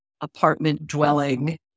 apartment-dwelling